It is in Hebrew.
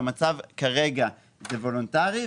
במצב כרגע זה וולונטרי,